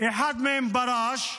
אחד מהם פרש,